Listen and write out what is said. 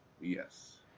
Yes